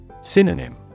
Synonym